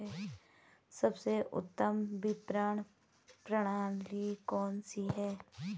सबसे उत्तम विपणन प्रणाली कौन सी है?